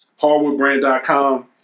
hardwoodbrand.com